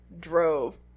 drove